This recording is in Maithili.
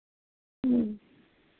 ह्म्म